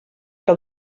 que